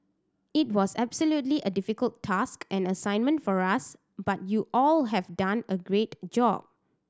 it was absolutely a difficult task and assignment for us but you all have done a great job